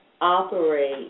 operate